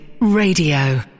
Radio